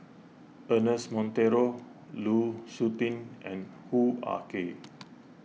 Ernest Monteiro Lu Suitin and Hoo Ah Kay